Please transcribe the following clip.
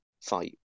fight